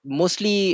mostly